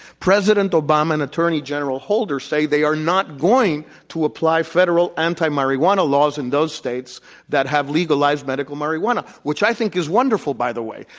president obama and attorney general holder say they are not going to apply federal anti-marijuana laws in those states that have legalized medical marijuana. which i think is wonderful by the way.